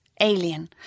Alien